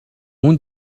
اون